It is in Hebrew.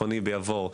ביבור?